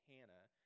Hannah